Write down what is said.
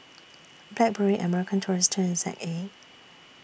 Blackberry American Tourister and A